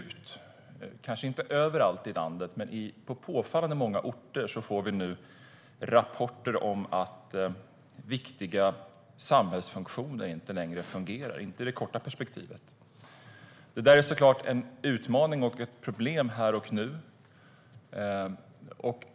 Det är kanske inte akut överallt i landet, men på påfallande många orter får vi nu rapporter om att viktiga samhällsfunktioner inte längre fungerar i det korta perspektivet. Det är såklart en utmaning och ett problem här och nu.